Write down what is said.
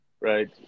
right